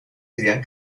serían